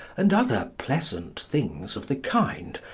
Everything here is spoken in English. and other pleasant things of the kind,